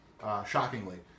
shockingly